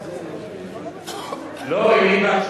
לא צריך, אפשר לתת אישור להתחתן אם היא בהיריון.